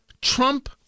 Trump